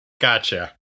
Gotcha